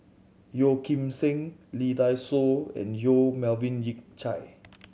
Yeo Kim Seng Lee Dai Soh and Yong Melvin Yik Chye